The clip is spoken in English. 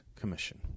commission